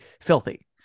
filthy